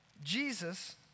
Jesus